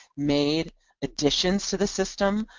made additions to the system,